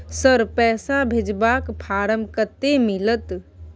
Sir, पैसा भेजबाक form कत्ते मिलत?